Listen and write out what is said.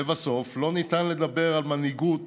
לבסוף, לא ניתן לדבר על מנהיגות